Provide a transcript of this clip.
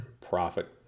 profit